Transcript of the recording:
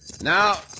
Now